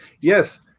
Yes